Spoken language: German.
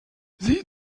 sie